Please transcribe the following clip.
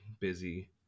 busy